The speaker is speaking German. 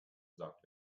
sagt